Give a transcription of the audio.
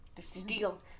Steal